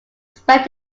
spent